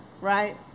right